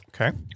okay